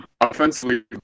Offensively